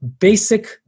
basic